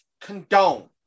condone